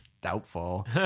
doubtful